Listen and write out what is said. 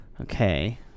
Okay